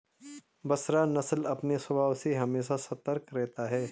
बसरा नस्ल अपने स्वभाव से हमेशा सतर्क रहता है